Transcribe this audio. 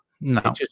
no